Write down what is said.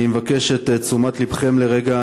אני מבקש את תשומת לבכם לרגע.